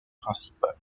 principal